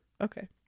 Okay